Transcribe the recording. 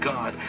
God